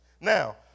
Now